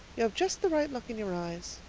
you have just the right look in your eyes.